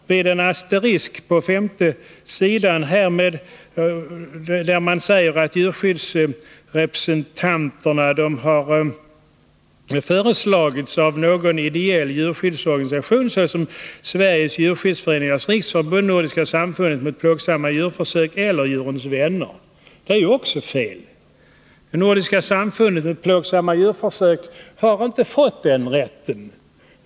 Vid en asterisk på s. 5 sägs att djurskyddsrepresentanterna har föreslagits ”av någon ideell djurskyddsorganisation, såsom Sveriges djurskyddsföreningars riksförbund, Nordiska samfundet mot plågsamma djurförsök eller Djurens vänner”. Det är ju också fel. Nordiska samfundet mot plågsamma djurförsök har inte fått den rätten.